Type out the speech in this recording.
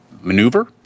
maneuver